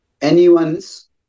anyone's